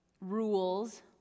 rules